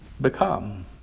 Become